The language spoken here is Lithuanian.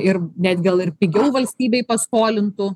ir net gal ir pigiau valstybei paskolintų